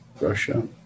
Russia